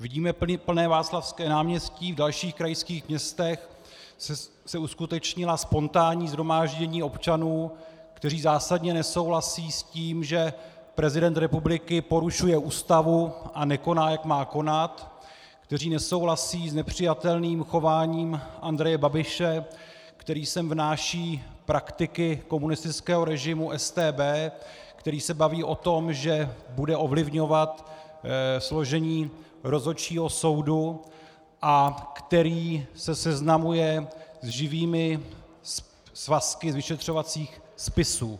Vidíme plné Václavské náměstí, i v dalších krajských městech se uskutečnila spontánní shromáždění občanů, kteří zásadně nesouhlasí s tím, že prezident republiky porušuje Ústavu a nekoná, jak má konat, kteří nesouhlasí s nepřijatelným chováním Andreje Babiše, který sem vnáší praktiky komunistického režimu a StB, který se baví o tom, že bude ovlivňovat složení rozhodčího soudu a který se seznamuje s živými svazky z vyšetřovacích spisů.